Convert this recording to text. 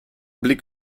blick